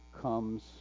comes